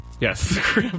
yes